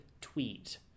tweet